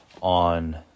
on